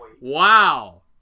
Wow